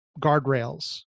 guardrails